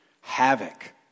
havoc